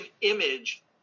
image